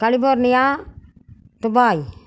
California Dubai